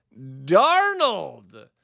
Darnold